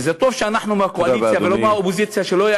וזה טוב שאנחנו מהקואליציה ולא מהאופוזיציה,